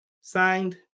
Signed